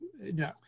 no